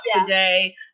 today